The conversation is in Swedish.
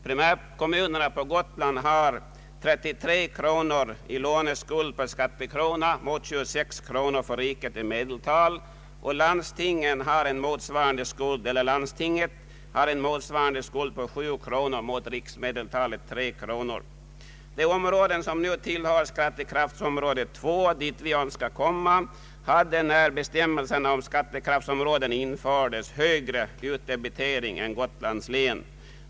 Primärkommunerna på Gotland har en låneskuld av 33 kronor per skattekrona mot 26 kronor för riket i medeltal, och landstingen har en motsvarande skuld på 7 kronor mot riksmedeltalet 3 kronor. De områden som nu tillhör skattekraftsområde 2 dit vi önskar komma hade när bestämmelserna om skattekraftsområden infördes högre utdebitering än Gotlands län.